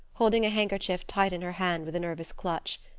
holding a handkerchief tight in her hand with a nervous clutch.